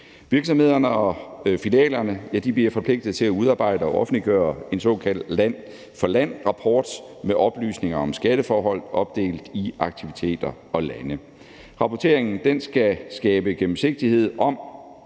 Virksomhederne og filialerne bliver forpligtet til at udarbejde og offentliggøre en såkaldt land for land-rapport med oplysninger om skatteforhold opdelt i aktiviteter og lande. Rapporteringen skal skabe gennemsigtighed om,